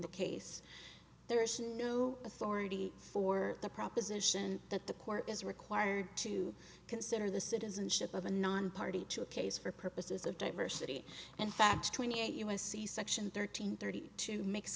the case there is no authority for the proposition that the court is required to consider the citizenship of a nonparty to a case for purposes of diversity and fact twenty eight u s c section thirteen thirty two m